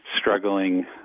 struggling